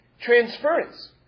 transference